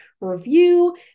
review